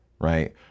right